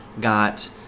got